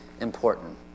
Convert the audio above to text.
important